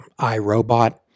iRobot